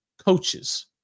coaches